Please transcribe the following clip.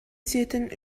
сиэтэн